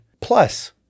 plus